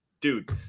Dude